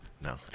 No